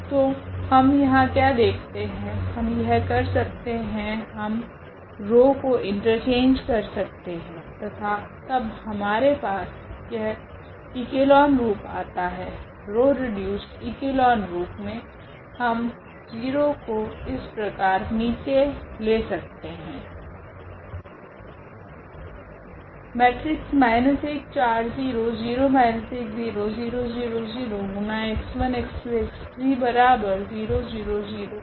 तो हम यहाँ क्या देखते है हम यह कर सकते है हम रॉ को इंटरचेंज कर सकते है तथा तब हमारे पास यह इकलोन रूप आता है रॉ रिड्यूसड इक्लोन रूप मे हम 0 को इस प्रकार नीचे ले सकते है